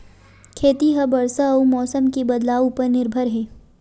खेती हा बरसा अउ मौसम के बदलाव उपर निर्भर हे